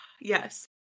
yes